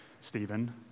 Stephen